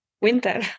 winter